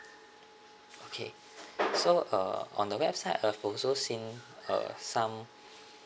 okay so uh on the website I've also seen uh some